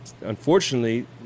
unfortunately